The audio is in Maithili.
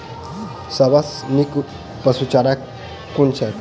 सबसँ नीक पशुचारा कुन छैक?